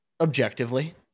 Objectively